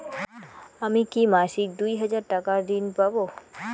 আমি কি মাসিক দুই হাজার টাকার ঋণ পাব?